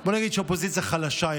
בוא נגיד שיש היום אופוזיציה חלשה.